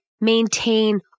maintain